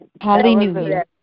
Hallelujah